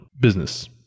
business